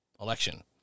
election